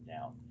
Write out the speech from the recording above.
down